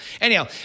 anyhow